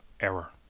error